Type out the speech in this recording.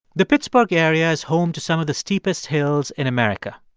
the pittsburgh area is home to some of the steepest hills in america.